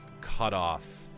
cutoff